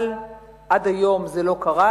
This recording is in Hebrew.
אבל עד היום זה לא קרה.